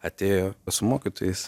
atėjo su mokytojais